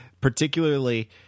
Particularly